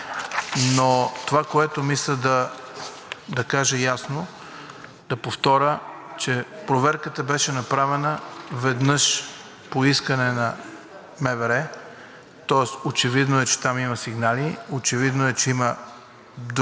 но това, което мисля да кажа ясно, да повторя, че проверката беше направена веднъж по искане на МВР, тоест очевидно е, че там има сигнали, очевидно е, че има друг